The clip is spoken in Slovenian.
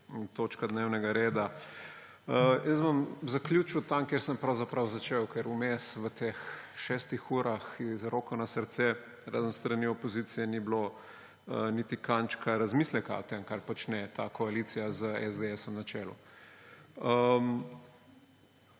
točka dnevnega reda. Jaz bom zaključil tam, kjer sem pravzaprav začel, ker vmes, v teh šestih urah, roko na srce, razen s strani opozicije ni bilo niti kančka razmisleka o tem, kar počne ta koalicija s SDS na čelu.